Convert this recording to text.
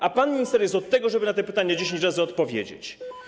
A pan minister jest od tego, żeby na te pytania 10 razy odpowiedzieć.